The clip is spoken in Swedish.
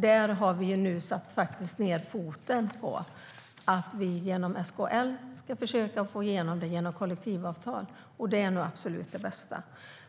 Där har vi nu satt ned foten för att vi genom SKL ska försöka få igenom detta genom kollektivavtal. Det är nog absolut det bästa.